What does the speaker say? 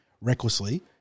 recklessly